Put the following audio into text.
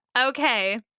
Okay